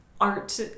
art